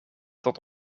tot